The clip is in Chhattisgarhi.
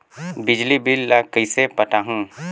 बिजली बिल ल कइसे पटाहूं?